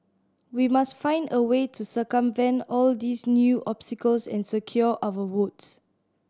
we must find a way to circumvent all these new obstacles and secure our votes